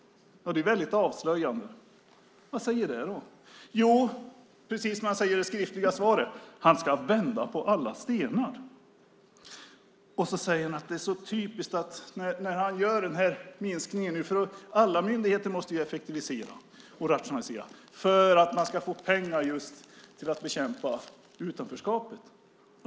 Det är väldigt avslöjande. Vad innebär det då? Jo, precis som han säger i det skriftliga svaret, att han ska vända på alla stenar. Han säger att den här minskningen gör man nu därför att alla myndigheter måste ju effektiviseras och rationaliseras för att man ska få pengar till att just bekämpa utanförskapet.